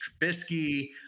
Trubisky